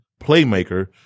Playmaker